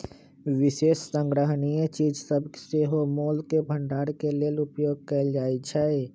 विशेष संग्रहणीय चीज सभके सेहो मोल के भंडारण के लेल उपयोग कएल जाइ छइ